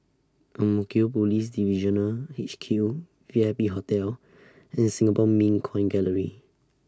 Ang Mo Kio Police Divisional H Q V I P Hotel and Singapore Mint Coin Gallery